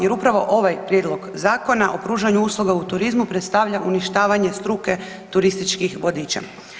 Jer upravo ovaj prijedlog Zakona o pružanju usluga u turizmu predstavlja uništavanje struke turističkih vodiča.